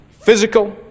Physical